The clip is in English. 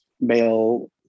male